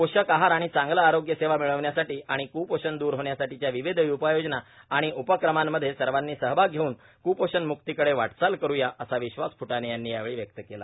पोषक आहार आणि चांगले आरोग्य सेवा मिळण्यासाठी आणि क्पोषण दूर होण्यासाठीच्या विविध उपाययोजना आणि उपक्रमांमध्ये सर्वांनी सहभाग घेवून कुपोषण मुक्तीकडे वाटचाल करु या असा विश्वास फ्टाणे यांनी यावेळी व्यक्त केला